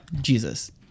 Jesus